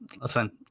Listen